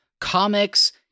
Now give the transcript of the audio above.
comics